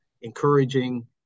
encouraging